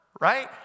right